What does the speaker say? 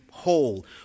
whole